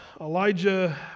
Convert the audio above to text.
Elijah